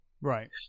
right